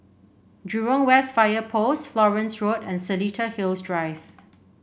Jurong West Fire Post Florence Road and Seletar Hills Drive